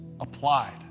applied